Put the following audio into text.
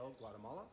Guatemala